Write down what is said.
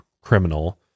criminal